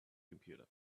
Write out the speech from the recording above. computer